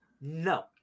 No